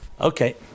Okay